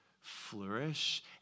flourish